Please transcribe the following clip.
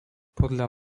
podľa